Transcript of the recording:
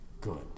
Good